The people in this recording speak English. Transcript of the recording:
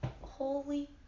Holy